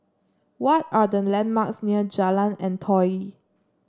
what are the landmarks near Jalan Antoi